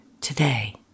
today